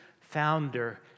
founder